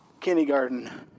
kindergarten